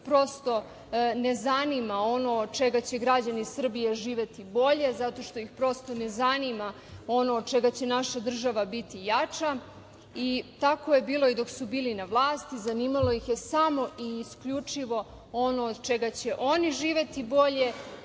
prosto, ne zanima ono od čega će građani Srbije živeti bolje, zato što ih, prosto, ne zanima ono od čega će naša država biti jača. Tako je bilo i dok su bili na vlasti, zanimalo ih je samo i isključivo ono od čega će oni živeti bolje